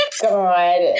god